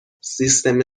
سیستم